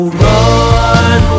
run